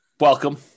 Welcome